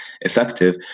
effective